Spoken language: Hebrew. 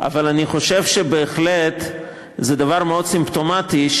אבל אני חושב שבהחלט זה דבר מאוד סימפטומטי,